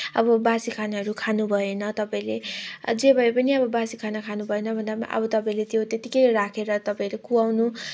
अब बासी खानाहरू खानुभएन तपाईँले जे भए पनि अब बासी खाना खानुभएन भन्दा पनि अब तपाईँले त्यो त्यत्तिकै राखेर तपाईँले कुहाउनु